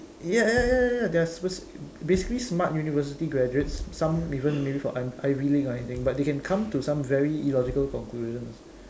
ya ya ya ya ya there are basically smart university graduates some even maybe from Ivy League or anything but they can come to some very illogical conclusions